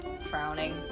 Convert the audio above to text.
frowning